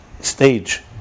stage